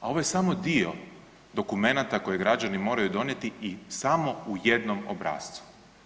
A ovo je samo dio dokumenata koje građani moraju donijeti i samo u jednom obrascu.